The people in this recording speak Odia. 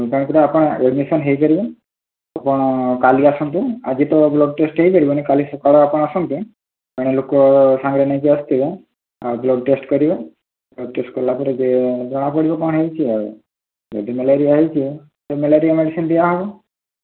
କାହିଁକିନା ଆପଣ ଆଡ଼ମିସନ୍ ହୋଇପାରିବେ ଆପଣ କାଲି ଆସନ୍ତୁ ଆଜି ତ ବ୍ଲଡ଼୍ ଟେଷ୍ଟ୍ ହୋଇ ପାରିବନି କାଲି ସକାଳେ ଆପଣ ଆସନ୍ତୁ ଜଣେ ଲୋକ ସାଙ୍ଗରେ ନେଇକି ଆସିଥିବେ ଆଉ ବ୍ଲଡ଼୍ ଟେଷ୍ଟ୍ କରିବେ ବ୍ଲଡ଼୍ ଟେଷ୍ଟ୍ କଲା ପରେ ଯେ ଜଣା ପଡ଼ିବ କ'ଣ ହୋଇଛି ଆଉ ଯଦି ମ୍ୟାଲେରିଆ ହୋଇଥିବ ତାହେଲେ ମ୍ୟାଲେରିଆ ମେଡ଼ିସିନ୍ ଦିଆ ହେବ